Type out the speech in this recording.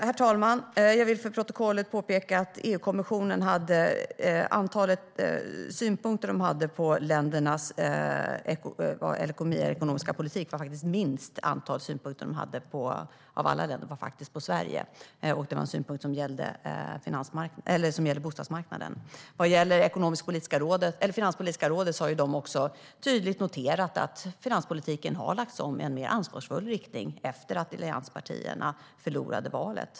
Herr talman! Jag vill för protokollet påpeka följande: När det gäller EU-kommissionens synpunkter på ländernas ekonomiska politik var det faktiskt minst antal synpunkter på Sverige, av alla länder. Det var en synpunkt som gällde bostadsmarknaden. Finanspolitiska rådet har också tydligt noterat att finanspolitiken har lagts om i en mer ansvarsfull riktning efter att allianspartierna förlorade valet.